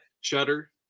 Shutter